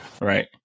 Right